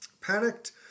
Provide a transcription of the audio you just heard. Panicked